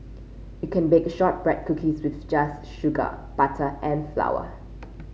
you can bake shortbread cookies with just sugar butter and flour